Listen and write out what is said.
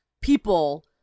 people